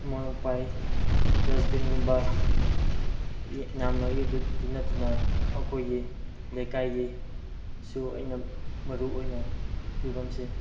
ꯑꯃꯣꯠ ꯑꯀꯥꯏ ꯗꯁꯕꯤꯟꯒꯨꯝꯕ ꯌꯥꯝꯂꯛꯑꯦ ꯑꯗꯨ ꯅꯠꯇꯅ ꯑꯩꯈꯣꯏꯒꯤ ꯂꯩꯀꯥꯏꯒꯤꯁꯨ ꯑꯩꯅ ꯃꯔꯨꯑꯣꯏꯅ ꯐꯤꯚꯝꯁꯦ